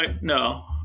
No